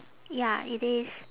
ya it is